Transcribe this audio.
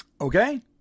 Okay